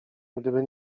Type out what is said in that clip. gdyby